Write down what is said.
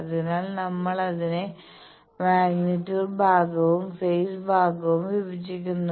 അതിനാൽ നമ്മൾ അതിനെ മാഗ്നിറ്റ്യൂഡ് ഭാഗമായും ഫെയ്സ് ഭാഗമായും വിഭജിക്കുന്നു